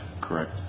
Correct